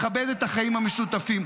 מכבד את החיים המשותפים.